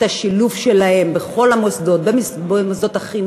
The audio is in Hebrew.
את השילוב שלהם בכל מוסדות החינוך,